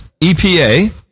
EPA